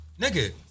Nigga